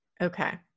Okay